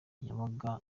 yabaga